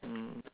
mm